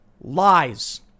lies